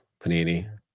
panini